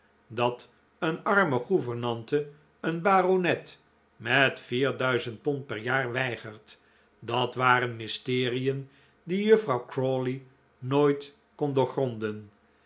dat een arme gouvernante een baronet met vier duizend pond per jaar weigert dat waren mysterien die juffrouw crawley nooit kon doorgronden